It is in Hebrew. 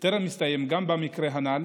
טרם הסתיים גם במקרה הנ"ל,